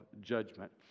judgment